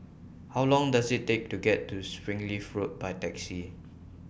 How Long Does IT Take to get to Springleaf Road By Taxi